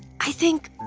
i think.